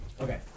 Okay